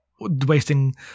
wasting